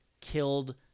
killed